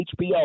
HBO